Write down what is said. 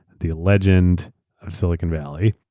the legend of silicon valley.